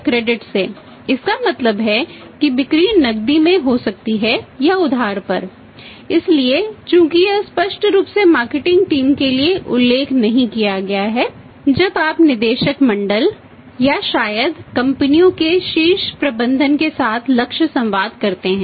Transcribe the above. credit के लिए उल्लेख नहीं किया गया है जब आप निदेशक मंडल या शायद कंपनियों के शीर्ष प्रबंधन के साथ लक्ष्य संवाद करते हैं